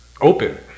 open